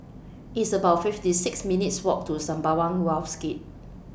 It's about fifty six minutes' Walk to Sembawang Wharves Gate